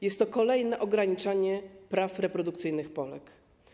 Jest to kolejne ograniczanie praw reprodukcyjnych Polek.